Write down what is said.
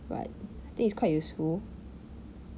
but I think it's quite useful